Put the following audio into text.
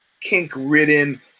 kink-ridden